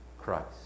Christ